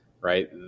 Right